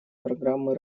программы